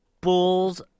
Bulls